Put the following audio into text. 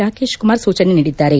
ರಾಕೇಶ್ಕುಮಾರ್ ಸೂಚನೆ ನೀಡಿದ್ದಾರೆ